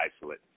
isolate